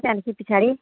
त्यहाँदेखि पछाडि